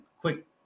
quick